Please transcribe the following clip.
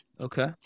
Okay